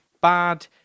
bad